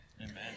Amen